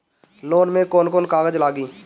Loan में कौन कौन कागज लागी?